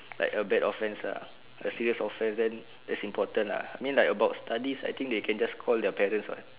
like a bad offence lah a serious offence then that's important lah I mean about studies I think they can just call their parents [what]